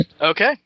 Okay